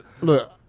Look